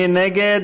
מי נגד?